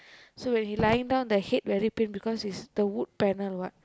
so when he lying down the head very pain because it's the wood panel what